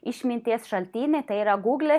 išminties šaltinį tai yra gūlę